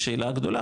השאלה הגדולה,